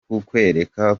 kukwereka